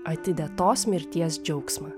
atidėtos mirties džiaugsmą